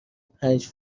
پنج